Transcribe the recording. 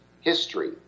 history